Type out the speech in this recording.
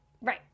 Right